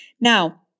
Now